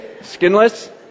skinless